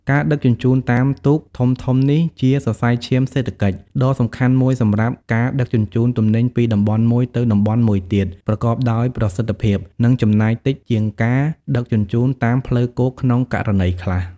ការដឹកជញ្ជូនតាមទូកធំៗនេះជា សរសៃឈាមសេដ្ឋកិច្ច ដ៏សំខាន់មួយសម្រាប់ការដឹកជញ្ជូនទំនិញពីតំបន់មួយទៅតំបន់មួយទៀត ប្រកបដោយប្រសិទ្ធភាព និងចំណាយតិចជាងការដឹកជញ្ជូនតាមផ្លូវគោកក្នុងករណីខ្លះ។